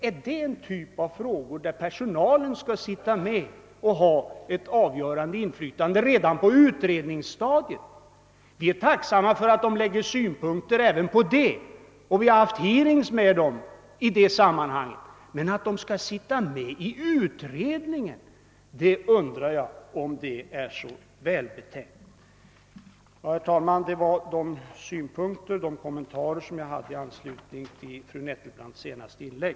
Är det en typ av frågor som personalen redan på utredningsstadiet skall ha ett avgörande inflytande på? Vi är tacksamma för att personalorganisationerna anlägger synpunkter även på detta förslag, och vi har haft hearings med dem i sammanhanget, men jag undrar, om det är så välbetänkt att låta dem sitta med i utredningen. Herr talman! Det var dessa synpunkter och kommentarer jag ville framföra med anledning av fru Nettelbrandts senaste inlägg.